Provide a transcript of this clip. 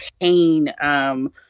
maintain